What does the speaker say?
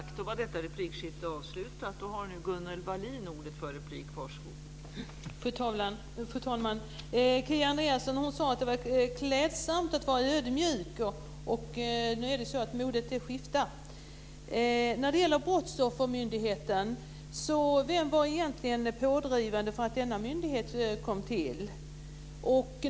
Fru talman! Kia Andreasson sade att det var klädsamt att vara ödmjuk. Nu är det så att modet skiftar. När det gäller Brottsoffermyndigheten undrar jag vem som egentligen var pådrivande för att denna myndighet skulle komma till.